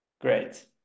Great